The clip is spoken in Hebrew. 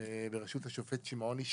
בראשות השופט שמעוני,